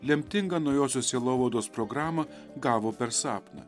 lemtingą naujosios sielovados programą gavo per sapną